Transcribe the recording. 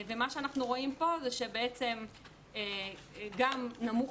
מה שאנחנו רואים פה זה שבעצם גם נמוך